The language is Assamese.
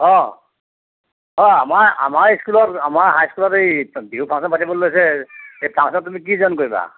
অ অ আমাৰ আমাৰ স্কুলত আমাৰ হাইস্কুলত এই বিহু ফাংচন পাতিবলৈ লৈছে এই ফাংচনত তুমি কি জইন কৰিবা